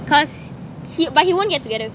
cause he but he won't get together